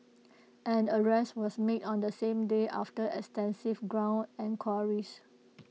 an arrest was made on the same day after extensive ground enquiries